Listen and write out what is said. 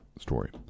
story